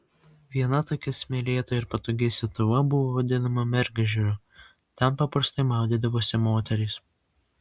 viena tokia smėlėta ir patogi sietuva buvo vadinama mergežeriu ten paprastai maudydavosi moterys